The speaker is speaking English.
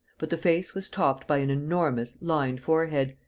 but the face was topped by an enormous, lined forehead,